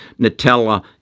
Nutella